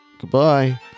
Goodbye